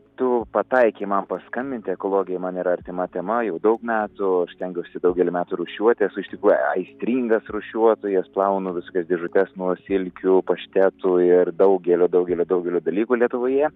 tu pataikei man paskambinti ekologija man yra artima tema jau daug metų stengiuosi daugelį metų rūšiuoti esu iš tikrųjų a aistringas rūšiuotojas plaunu visokias dėžutes nuo silkių paštetų ir daugelio daugelio daugelio dalykų lietuvoje